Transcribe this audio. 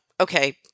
okay